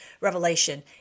Revelation